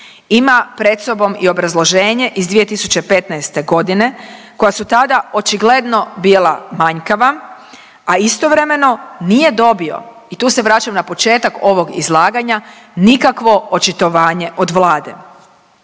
Ima pred sobom i obrazloženje iz 2015. g. koja su tada očigledno bila manjkava, a istovremeno nije dobio i tu se vraćam na početak ovog izlaganja, nikakvo očitovanje od Vlade.